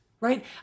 Right